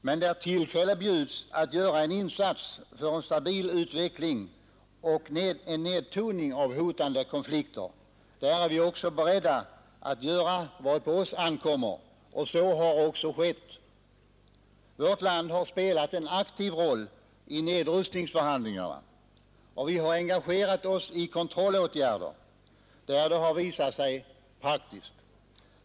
Men där tillfälle bjuds till en insats för en stabil utveckling och en nedtoning av hotande konflikter, är vi beredda att göra vad som på oss ankommer, och så har även skett. Värt land har spelat en aktiv roll i nedrustningsförhandlingarna, och vi har engagerat oss i kontrollåtgärder, där det har visat sig praktiskt.